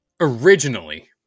originally